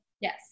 Yes